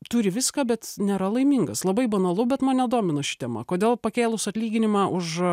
turi viską bet nėra laimingas labai banalu bet mane domina ši tema kodėl pakėlus atlyginimą už